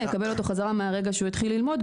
יקבל אותו חזרה מהרגע שהוא התחיל ללמוד,